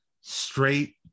straight